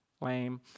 lame